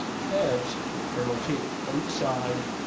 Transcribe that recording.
tabs are located outside